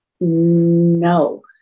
No